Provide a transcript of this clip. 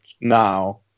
now